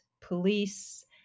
police